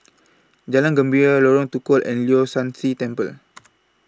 Jalan Gembira Lorong Tukol and Leong San See Temple